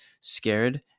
scared